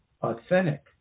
authentic